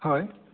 হয়